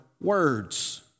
words